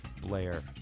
Blair